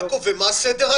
יעקב, מה סדר-היום?